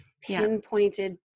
pinpointed